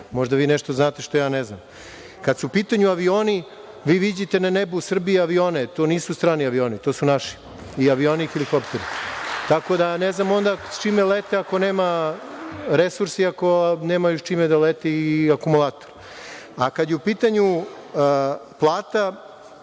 možda vi nešto znate što ja ne znam. Kada su u pitanju avioni, vi viđate na nebu Srbije avione. To nisu strani avioni. To su i naši avioni i helikopteri. Ne znam sa čime lete ako nema resursa i ako nemaju sa čime da lete, akumulatore. Kada je u pitanju plata,